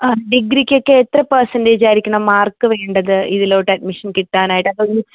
ആ ഡിഗ്രിക്കൊക്കെ എത്ര പേഴ്സൻറ്റേജ് ആയിരിക്കണം മാർക്ക് വേണ്ടത് ഇതിലോട്ട് അഡ്മിഷൻ കിട്ടാനായിട്ട് അതൊ ഇ